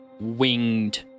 winged